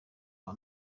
uwa